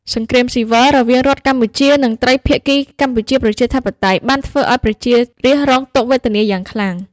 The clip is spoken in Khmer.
សង្គ្រាមស៊ីវិលរវាងរដ្ឋកម្ពុជា និងត្រីភាគីកម្ពុជាប្រជាធិបតេយ្យ បានធ្វើឱ្យប្រជារាស្ត្ររងទុក្ខវេទនាយ៉ាងខ្លាំង។